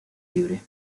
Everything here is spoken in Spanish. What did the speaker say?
libre